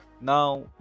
Now